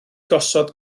gosod